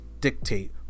dictate